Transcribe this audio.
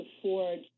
afford